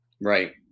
Right